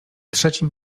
trzecim